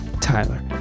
Tyler